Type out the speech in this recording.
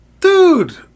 Dude